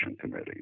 Committee